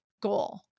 goal